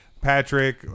Patrick